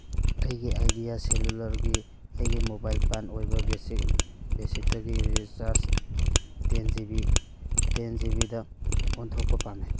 ꯑꯩꯒꯤ ꯑꯥꯏꯗꯤꯌꯥ ꯁꯦꯂꯨꯂꯔꯒꯤ ꯑꯩꯒꯤ ꯃꯣꯕꯥꯏꯜ ꯄ꯭ꯂꯥꯟ ꯑꯣꯏꯕ ꯕꯦꯁꯤꯛ ꯕꯦꯁꯤꯛꯇꯒꯤ recharge ten G B ten G ꯕꯤꯗ ꯑꯣꯟꯊꯣꯛꯄ ꯄꯥꯝꯃꯤ